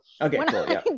Okay